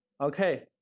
Okay